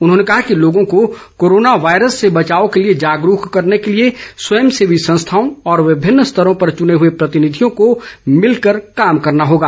उन्होंने कहा कि लोगों को कोरोना वायरस से बचाव के लिए जागरूक करने के लिए स्वयं सेवी संस्थाओं और विभिन्न स्तरों पर चुने हए प्रतिनिधियों को मिलकर कार्य करना होगा